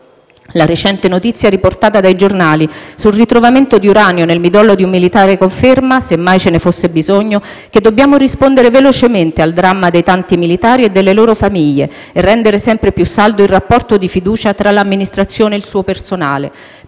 La recente notizia riportata dai giornali sul ritrovamento di uranio nel midollo di un militare conferma - se mai ce ne fosse bisogno - che dobbiamo rispondere velocemente al dramma dei tanti militari e delle loro famiglie e rendere sempre più saldo il rapporto di fiducia tra l'Amministrazione e il suo personale.